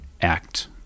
act